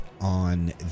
on